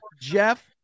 Jeff